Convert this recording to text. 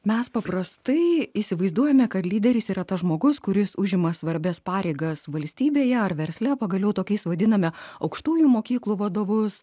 mes paprastai įsivaizduojame kad lyderis yra tas žmogus kuris užima svarbias pareigas valstybėje ar versle pagaliau tokiais vadiname aukštųjų mokyklų vadovus